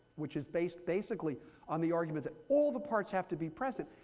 which is based basically on the argument that all the parts have to be present,